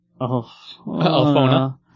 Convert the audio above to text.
Alfona